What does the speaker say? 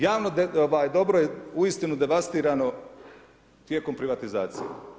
Javno dobro je uistinu devastirano tijekom privatizacije.